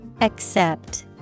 Accept